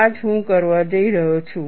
આ જ હું કરવા જઈ રહ્યો છું